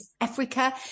Africa